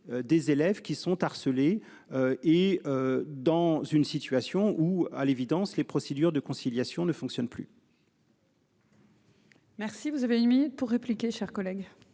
des élèves qui sont harcelés et. Dans une situation où à l'évidence les procédures de conciliation ne fonctionne plus. Merci, vous avez une minute pour répliquer, chers collègues.